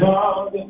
God